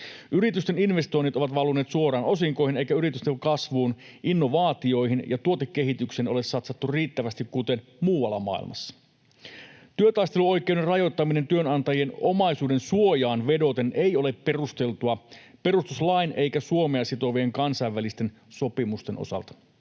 Yritysten investoinnit ovat valuneet suoraan osinkoihin, eikä yritysten kasvuun, innovaatioihin ja tuotekehitykseen ole satsattu riittävästi, kuten muualla maailmassa. Työtaisteluoikeuden rajoittaminen työnantajien omaisuudensuojaan vedoten ei ole perusteltua perustuslain eikä Suomea sitovien kansainvälisten sopimusten osalta.